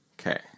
Okay